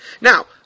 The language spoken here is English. Now